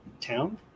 town